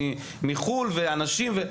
מחו"ל ואנשים.